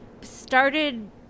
started